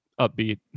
upbeat